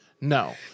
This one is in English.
no